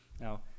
Now